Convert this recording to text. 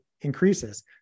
increases